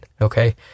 Okay